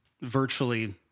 virtually